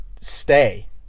stay